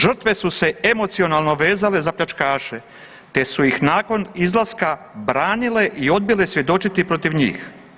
Žrtve su se emocionalno vezale za pljačkaše te su ih nakon izlaska branile i odbile svjedočiti protiv njih.